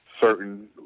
certain